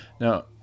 Now